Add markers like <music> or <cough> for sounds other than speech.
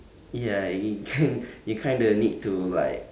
ya you <noise> you kinda need to like